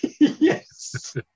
Yes